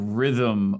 rhythm